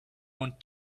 want